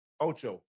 Ocho